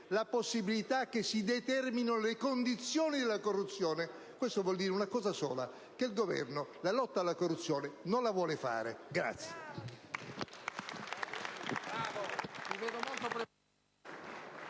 la possibilità che si determinino le condizioni della corruzione, questo significa una sola cosa: che il Governo la lotta alla corruzione non la vuole fare!